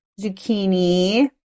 zucchini